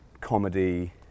comedy